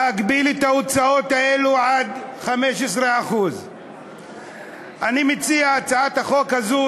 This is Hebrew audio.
להגביל את ההוצאות האלה עד 15%. אני מציע את הצעת החוק הזאת,